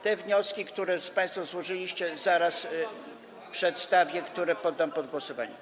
Te wnioski, które państwo złożyliście, zaraz przedstawię i poddam pod głosowanie.